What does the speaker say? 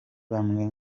bamwe